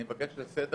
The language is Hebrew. אני מבקש לסדר